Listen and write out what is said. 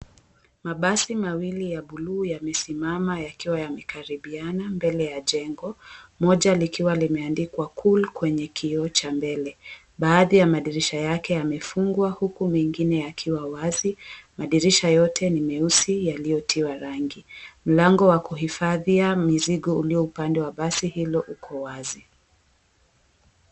Mabasi mawali ya buluu yamesimama yakiwa yamekaribiana mbele ya jengo. Moja likiwa limeandikwa Cool kwenye kioo cha mbele. Baadhi ya madirisha yake yamefungwa huku mingine yakiwa wazi. Madirisha yote ni meusi yaliyotiwa rangi. Mlango ya kuhifadhia mizigo iliyo upande wa basi hilo uko wazi.